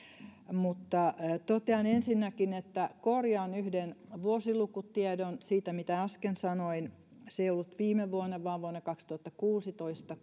totean ensinnäkin että korjaan yhden vuosilukutiedon siitä mitä äsken sanoin se ei ollut viime vuonna vaan vuonna kaksituhattakuusitoista